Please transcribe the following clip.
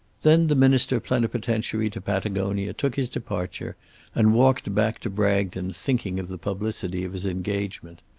then the minister plenipotentiary to patagonia took his departure and walked back to bragton thinking of the publicity of his engagement.